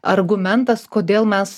argumentas kodėl mes